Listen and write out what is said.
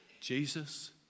Jesus